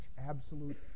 absolute